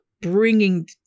bringing